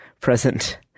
present